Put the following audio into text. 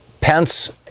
Pence